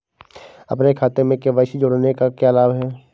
अपने खाते में के.वाई.सी जोड़ने का क्या लाभ है?